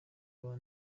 uwa